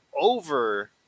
over